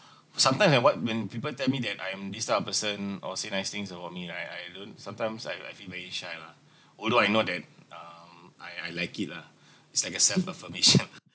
sometimes when what when people tell me that I am this type of person or say nice things about me right I I don't sometimes like I feel very shy lah although I know that um mm I I like it lah it's like a self affirmation